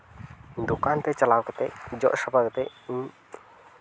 ᱫᱚᱠᱟᱱ ᱛᱮ ᱪᱟᱞᱟᱣ ᱠᱟᱛᱮᱫ ᱡᱚᱜᱽ ᱥᱟᱯᱷᱟ ᱠᱟᱛᱮᱫ